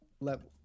level